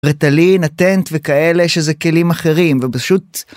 ריטלין, אטנט וכאלה שזה כלים אחרים ופשוט.